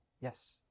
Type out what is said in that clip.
Yes